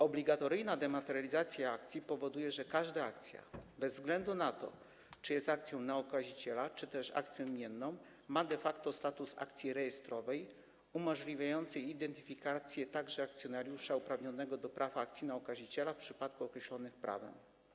Obligatoryjna dematerializacja akcji powoduje, że każda akcja bez względu na to, czy jest akcją na okaziciel czy też akcją imienną, ma de facto status akcji rejestrowej umożliwiającej identyfikację także akcjonariusza uprawnionego do praw akcji na okaziciela w przypadkach określonych prawem.